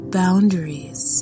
boundaries